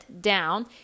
down